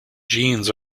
jeans